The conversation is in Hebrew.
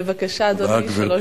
בבקשה, אדוני, שלוש דקות.